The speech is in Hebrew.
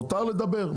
מותר לדבר.